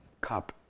cup